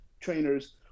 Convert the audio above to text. trainers